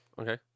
okay